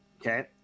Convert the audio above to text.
Okay